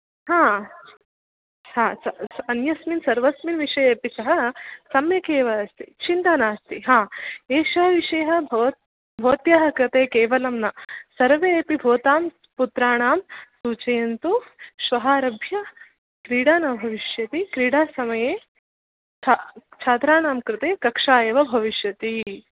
हा हा स स अन्यस्मिन् सर्वस्मिन् विषयेपि सः सम्यकेव अस्ति चिन्ता नास्ति हा एषः विषयः भवत् भवत्याः कृते केवलं न सर्वे अपि भवतां पुत्राणां सूचयन्तु श्वः आरभ्य क्रीडा न भविष्यति क्रीडा समये छा छात्राणां कृते कक्षा एव भविष्यति